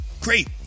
great